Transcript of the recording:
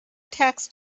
tax